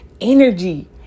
Energy